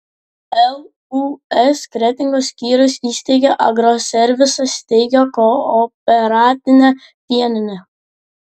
lūs kretingos skyrius įsteigė agroservisą steigia kooperatinę pieninę